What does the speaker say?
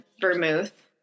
vermouth